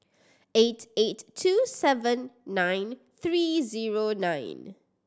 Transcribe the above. eight eight two seven nine three zero nine